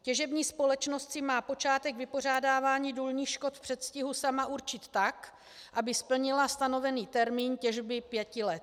Těžební společnost si má počátek vypořádávání důlních škod v předstihu sama určit tak, aby splnila stanovený termín těžby pěti let.